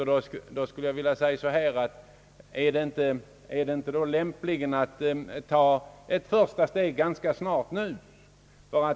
är det inte, vill jag fråga, lämpligt att ta ett ytterligare steg ganska snart?